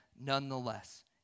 nonetheless